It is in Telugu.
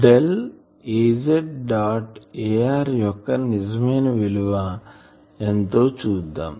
డెల్ Az డాట్ ar యొక్క నిజమైన విలువ ఎంతో చూద్దాం